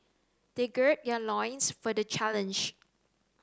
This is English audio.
they gird their loins for the challenge